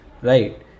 Right